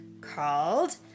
called